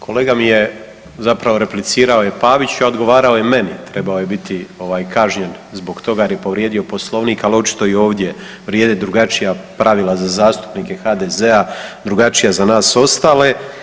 Kolega mi je zapravo replicirao je Paviću, a odgovarao je meni, trebao je biti kažnjen zbog toga jer je povrijedio Poslovnik, ali očito i ovdje vrijede drugačija pravila za zastupnike HDZ-a, drugačija za nas ostale.